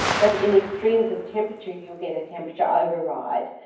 but in extremes of temperature you'll get a temperature override.